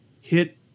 hit